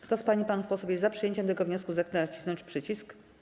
Kto z pań i panów posłów jest za przyjęciem tego wniosku, zechce nacisnąć przycisk.